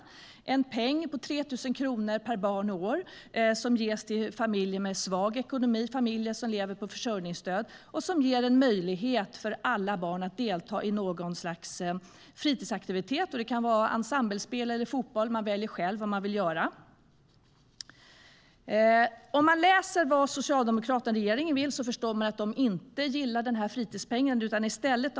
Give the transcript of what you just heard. Det är en peng på 3 000 kronor per barn och år som ges till familjer med svag ekonomi, familjer som lever på försörjningsstöd, och som ger en möjlighet för alla barn att delta i någon slags fritidsaktivitet. Det kan vara ensemblespel eller fotboll - man väljer själv vad man vill göra. Om man läser vad Socialdemokraterna och regeringen vill förstår man att de inte gillar fritidspengen.